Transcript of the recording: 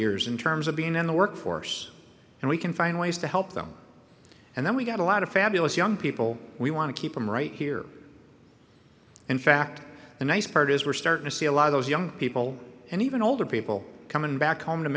years in terms of being in the workforce and we can find ways to help them and then we've got a lot of fabulous young people we want to keep them right here in fact the nice part is we're starting to see a lot of those young people and even older people coming back home to